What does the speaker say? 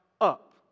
up